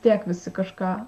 tiek visi kažką